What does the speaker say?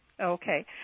Okay